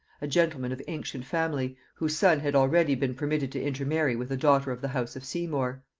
a gentleman of ancient family, whose son had already been permitted to intermarry with a daughter of the house of seymour.